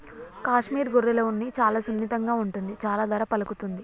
కాశ్మీర్ గొర్రెల ఉన్ని చాలా సున్నితంగా ఉంటుంది చాలా ధర పలుకుతుంది